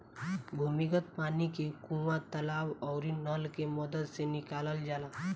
भूमिगत पानी के कुआं, तालाब आउरी नल के मदद से निकालल जाला